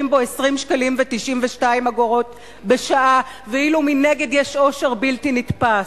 20.92 שקלים לשעה ואילו מנגד יש עושר בלתי נתפס?